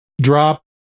drop